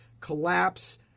collapse